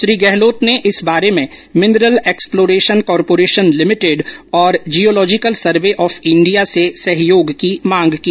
श्री गहलोत ने इस बारे में मिनरल एक्सप्लोरेशन कार्पोरेशन लिमिटेड और जियोलॉजिकल सर्वे ऑफ इंडिया से सहयोग की मांग की